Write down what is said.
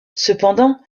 cependant